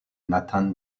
nathan